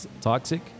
toxic